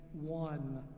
one